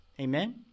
Amen